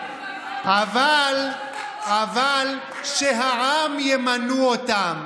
אבל שהעם ימנו אותם.